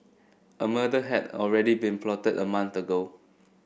a murder had already been plotted a month ago